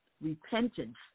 repentance